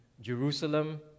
Jerusalem